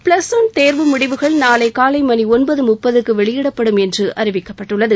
plus one தேர்வு முடிவுகள் நாளை காலை மணி ஒன்பது முப்பதுக்கு வெளியிடப்படும் என்று அறிவிக்கப்பட்டுள்ளது